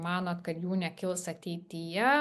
manot kad jų nekils ateityje